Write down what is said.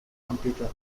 computer